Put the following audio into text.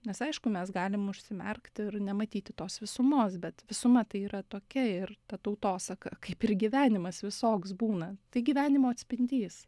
nes aišku mes galim užsimerkt ir nematyti tos visumos bet visuma tai yra tokia ir ta tautosaka kaip ir gyvenimas visoks būna tai gyvenimo atspindys